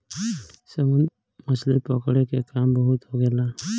समुन्द्र में मछली पकड़े के काम बहुत होखेला